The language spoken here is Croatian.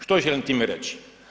Što želim time reći?